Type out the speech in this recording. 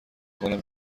کنم